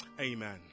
Amen